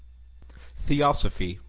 theosophy,